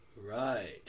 Right